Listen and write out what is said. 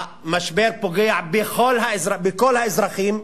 המשבר פוגע בכל האזרחים,